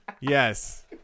Yes